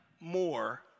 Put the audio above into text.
more